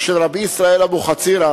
של רבי ישראל אבוחצירא,